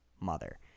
mother